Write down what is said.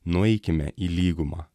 nueikime į lygumą